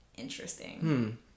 interesting